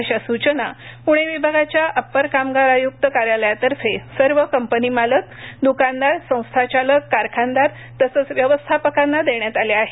अशा सूचना पुणे विभागाच्या अप्पर कामगार आयुक्त कार्यालयातर्फे सर्वच कंपनीमालक द्कानदार संस्थांचालक कारखानदार तसंच व्यवस्थापकांना देण्यात आल्या आहेत